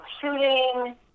Shooting